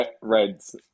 Reds